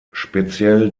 speziell